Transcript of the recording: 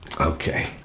Okay